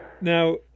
Now